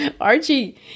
Archie